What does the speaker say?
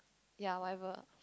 ya whatever